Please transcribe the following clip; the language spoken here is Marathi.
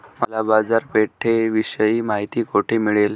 मला बाजारपेठेविषयी माहिती कोठे मिळेल?